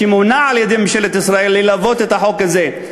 שמונה על-ידי ממשלת ישראל ללוות את החוק הזה,